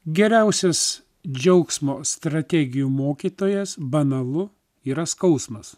geriausias džiaugsmo strategijų mokytojas banalu yra skausmas